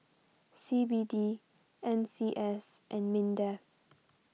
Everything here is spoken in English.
C B D N C S and Mindef